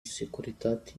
securitate